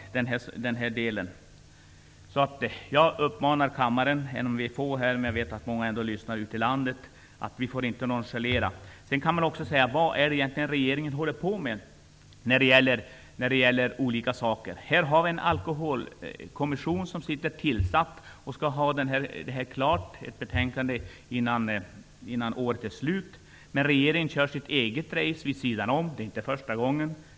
Jag uppmanar kammaren att inte nonchalera problemet. Vi är få här i kammaren, men jag vet att många lyssnar ute i landet. Vad håller regeringen egentligen på med? Man har tillsatt en alkoholkommission som skall skriva klart sitt betänkande innan året är slut, men regeringen kör sitt eget ''race'' vid sidan om. Det är inte första gången.